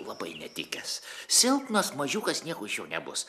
labai netikęs silpnas mažiukas nieko nebus